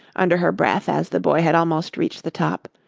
under her breath as the boy had almost reached the top,